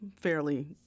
fairly